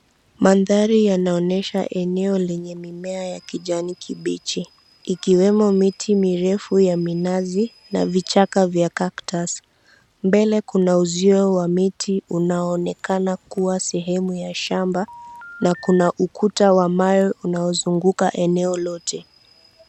Mandhari yanaonyesha eneo lenye mimea ya kijani kibichi, ikiwemo miti mirefu ya minazi na vichaka vya cactus . Mbele kuna uzio wa miti unaoonekana kuwa sehemu ya shamba na kuna ukuta wa mawe unaozunguka eneo lote.